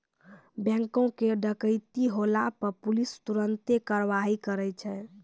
बैंको के डकैती होला पे पुलिस तुरन्ते कारवाही करै छै